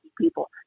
people